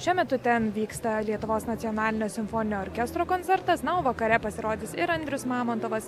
šiuo metu ten vyksta lietuvos nacionalinio simfoninio orkestro koncertas na o vakare pasirodys ir andrius mamontovas